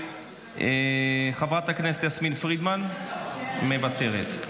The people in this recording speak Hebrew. חברת הכנסת יסמין פרידמן, מוותרת,